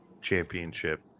championship